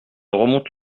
remonte